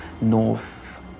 north